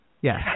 Yes